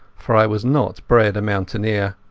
for i was not bred a mountaineer.